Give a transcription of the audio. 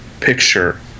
picture